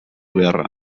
beharra